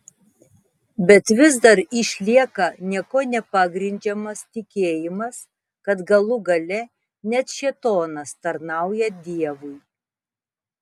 bet vis dar išlieka niekuo nepagrindžiamas tikėjimas kad galų gale net šėtonas tarnauja dievui